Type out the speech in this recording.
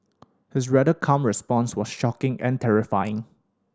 his rather calm response was shocking and terrifying